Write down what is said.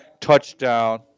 Touchdown